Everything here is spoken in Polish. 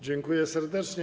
Dziękuję serdecznie.